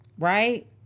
right